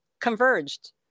converged